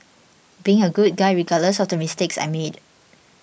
being a good guy regardless of the mistakes I made